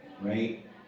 right